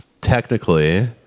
technically